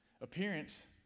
Appearance